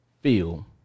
feel